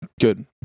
Good